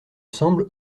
semble